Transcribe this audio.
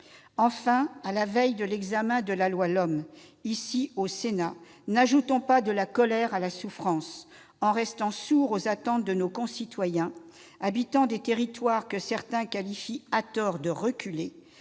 Enfin, à la veille de l'examen du projet de loi d'orientation des mobilités par le Sénat, n'ajoutons pas de la colère à la souffrance en restant sourds aux attentes de nos concitoyens, habitants des territoires que certains qualifient, à tort, de « reculés